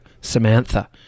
Samantha